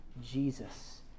Jesus